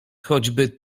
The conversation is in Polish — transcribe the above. choćby